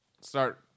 start